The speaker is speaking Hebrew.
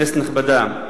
כנסת נכבדה,